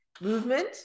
movement